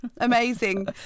Amazing